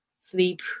sleep